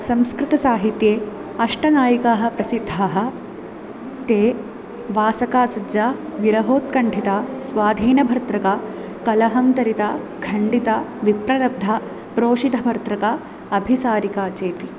संस्कृतसाहित्ये अष्टनायिकाः प्रसिद्धाः ते वासकसज्जा विरहोत्कण्ठिता स्वाधीनभर्तृका कलहन्तरिता खण्डिता विप्रलब्धा प्रोषिभर्तृका अभिसारिका चेति